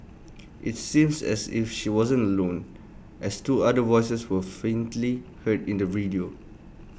IT seems as if she wasn't alone as two other voices were faintly heard in the video